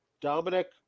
Dominic